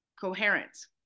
coherence